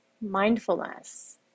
mindfulness